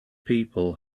people